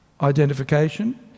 identification